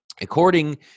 according